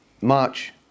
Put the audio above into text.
March